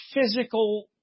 physical